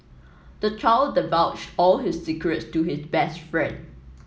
the child divulged all his secrets to his best friend